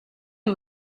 and